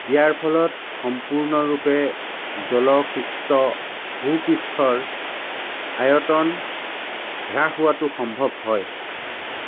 ইয়াৰ ফলত সম্পূৰ্ণৰূপে জলসিক্ত ভূপৃষ্ঠৰ আয়তন হ্ৰাস হোৱাটো সম্ভৱ হয়